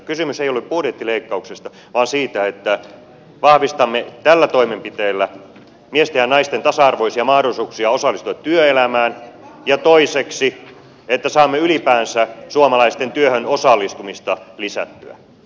kysymys ei ole budjettileikkauksista vaan siitä että vahvistamme tällä toimenpiteellä miesten ja naisten tasa arvoisia mahdollisuuksia osallistua työelämään ja toiseksi että saamme ylipäänsä suomalaisten työhön osallistumista lisättyä